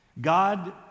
God